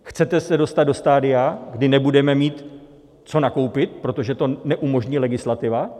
Chcete se dostat do stadia, kdy nebudeme mít co nakoupit, protože to neumožní legislativa?